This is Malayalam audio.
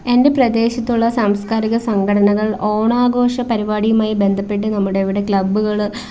എൻ്റെ പ്രദേശത്തുള്ള സാംസ്കാരിക സംഘടനകൾ ഓണാഘോഷ പരിപാടിയുമായി ബന്ധപ്പെട്ട് നമ്മുടെ ഇവിടെ ക്ലബ്ബുകൾ